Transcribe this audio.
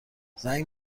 زنگ